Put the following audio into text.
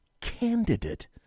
candidate